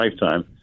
lifetime